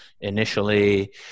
initially